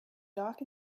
dark